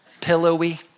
pillowy